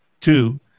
Two